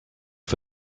for